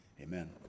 Amen